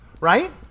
right